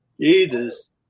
Jesus